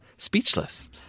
Speechless